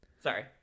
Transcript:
sorry